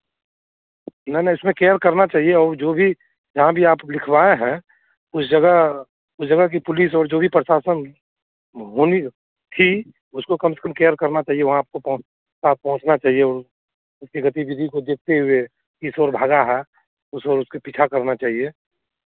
नहीं नहीं इसमें केयर करना चाहिए और जो भी जहाँ भी आप लिखवाए हैं उस जगह उस जगह की पुलिस और जो भी प्रशासन होनी थी उसको कम से कम केयर करना चाहिए वहाँ आपको पहुंच वा पहुंचना चाहिए और उसकी गतिविधि को देखते हुए किस ओर भागा है उस ओर उसके पीछा करना चाहिए